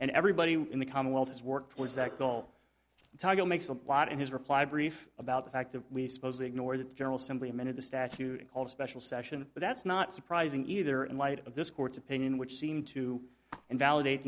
and everybody in the commonwealth has worked towards that goal title makes a lot in his reply brief about the fact that we supposedly ignored general simply amended the statute called a special session but that's not surprising either in light of this court's opinion which seemed to invalidate